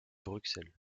bruxelles